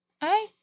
hey